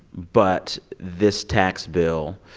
but this tax bill